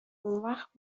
اونوقت